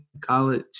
college